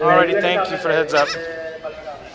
లైవ్గానే కావాలండి లైవ్గా ఉండే పళమే కావాలండి